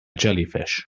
jellyfish